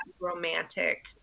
romantic